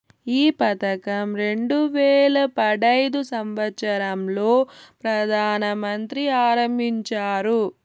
ఈ పథకం రెండు వేల పడైదు సంవచ్చరం లో ప్రధాన మంత్రి ఆరంభించారు